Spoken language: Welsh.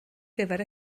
gyfer